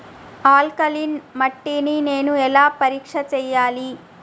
Alkaline మట్టి ని నేను ఎలా పరీక్ష చేయాలి?